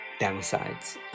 downsides